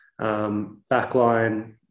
Backline